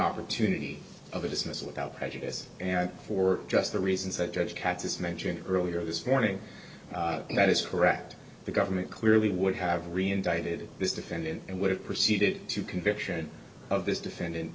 opportunity of a business without prejudice and for just the reasons that judge catus mentioned earlier this morning that is correct the government clearly would have reinvited this defendant and would have proceeded to conviction of this defendant